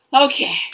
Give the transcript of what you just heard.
Okay